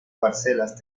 parcelas